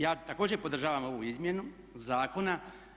Ja također podržavam ovu izmjenu zakona.